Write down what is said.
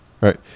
right